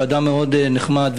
שהוא אדם מאוד נחמד,